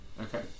okay